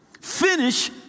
Finish